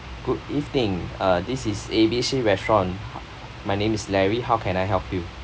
good evening uh this is A B C restaurant my name is larry how can I help you